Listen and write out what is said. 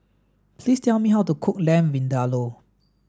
please tell me how to cook Lamb Vindaloo